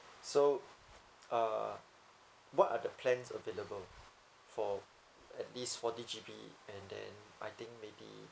so uh what are the plans available for this forty G_B and then I think maybe